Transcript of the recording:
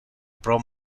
pro